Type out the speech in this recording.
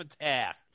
attack